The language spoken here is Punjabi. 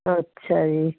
ਅੱਛਾ ਜੀ